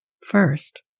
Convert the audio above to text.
First